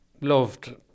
loved